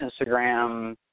Instagram